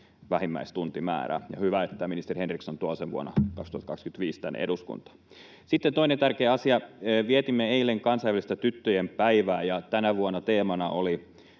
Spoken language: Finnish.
vähimmäistuntimäärää. On hyvä, että ministeri Henriksson tuo sen vuonna 2025 tänne eduskuntaan. Sitten toinen tärkeä asia. Vietimme eilen kansainvälistä tyttöjen päivää, ja tänä vuonna teemana oli